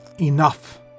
Enough